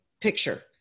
picture